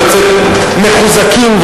ירדן, צרפת, הונגריה, רוסיה,